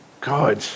God